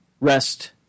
rest